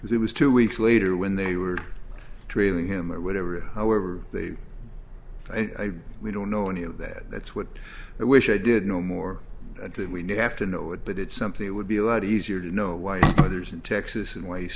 because it was two weeks later when they were trailing him or whatever however they and i we don't know any of that that's what i wish i did know more than we do have to know it but it's something that would be a lot easier to know why others in texas and w